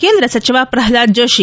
ಕೇಂದ್ರ ಸಚಿವ ಪ್ರಹ್ಲಾದ್ ಜೋಷಿ